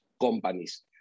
companies